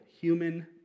human